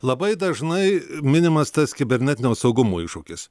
labai dažnai minimas tas kibernetinio saugumo iššūkis